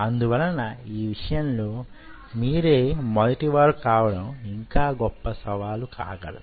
అందువలన ఈ విషయంలో మీరే మొదటి వారు కావడం ఇంకా గొప్ప సవాలు కాగలదు